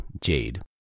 jade